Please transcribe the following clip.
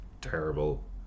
terrible